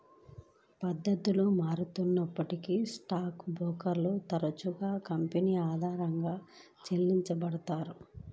పద్ధతులు మారుతూ ఉన్నప్పటికీ స్టాక్ బ్రోకర్లు తరచుగా కమీషన్ ఆధారంగా చెల్లించబడతారు